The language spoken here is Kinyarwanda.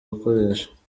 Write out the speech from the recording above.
gukoresha